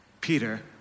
Peter